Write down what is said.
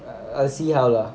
ah see how lah